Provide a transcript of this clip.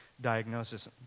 diagnosis